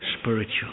spiritual